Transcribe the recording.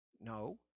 No